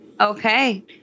Okay